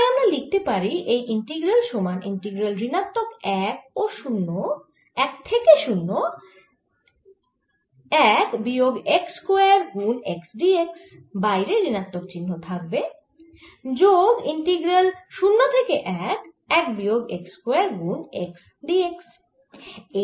তাই আমি লিখতে পারি এই ইন্টিগ্রাল সমান ইন্টিগ্রাল ঋণাত্মক 1 থেকে 0 1 বিয়োগ x স্কয়ার গুন x d x বাইরে ঋণাত্মক চিহ্ন থাকবে যোগ ইন্টিগ্রাল 0 থেকে 1 1 বিয়োগ x স্কয়ার গুন x d x